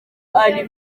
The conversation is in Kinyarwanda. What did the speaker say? ari